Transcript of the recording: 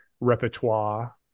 repertoire